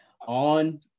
on